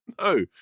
No